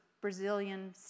Brazilian